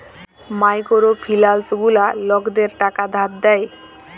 micro finance গুলা লকদের টাকা ধার দেয়